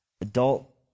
Adult